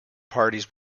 parties